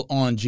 on